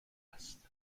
است